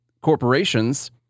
corporations